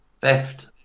theft